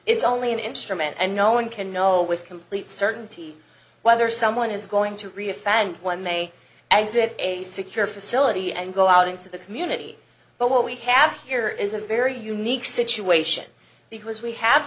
it's only an instrument and no one can know with complete certainty whether someone is going to re a fan one may exit a secure facility and go out into the community but what we have here is a very unique situation because we have